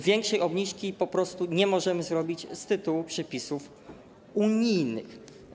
Większej obniżki po prostu nie możemy zrobić z tytułu przepisów unijnych.